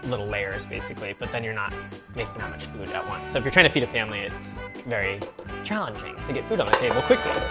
layers, basically, but then you're not making that much food at once. so if you're trying to feed a family, it's very challenging to get food on the table quickly.